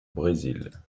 brésil